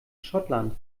schottland